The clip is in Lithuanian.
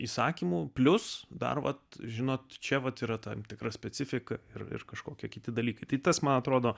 įsakymų plius dar vat žinot čia vat yra tam tikra specifika ir kažkokie kiti dalykai tas man atrodo